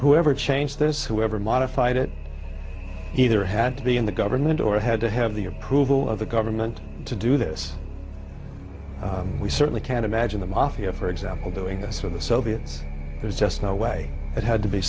whoever changed this whoever modified it either had to be in the government or had to have the approval of the government to do this we certainly can't imagine the mafia for example doing this for the soviets there's just no way it had to